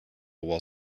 while